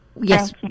Yes